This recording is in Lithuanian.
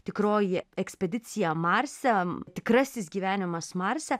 tikroji ekspedicija marse tikrasis gyvenimas marse